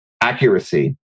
accuracy